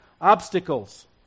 Obstacles